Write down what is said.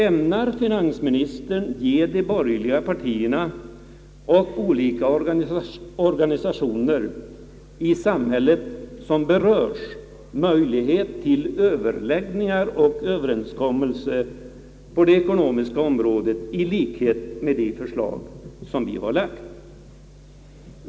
Ämnar finansministern ge de borgerliga partierna, olika organisationer och andra i samhället som berörs möjlighet till överläggningar och överenskommelser på det ekonomiska området på sätt som vi har föreslagit?